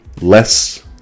less